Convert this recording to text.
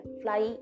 fly